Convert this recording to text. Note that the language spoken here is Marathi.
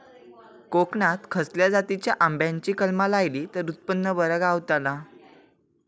कोकणात खसल्या जातीच्या आंब्याची कलमा लायली तर उत्पन बरा गावताला?